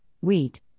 wheat